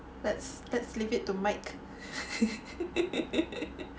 that's that's leave it to Mike